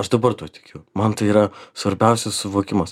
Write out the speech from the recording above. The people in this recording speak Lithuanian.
aš dabar tuo tikiu man tai yra svarbiausias suvokimas